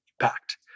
Impact